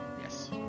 Yes